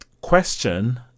question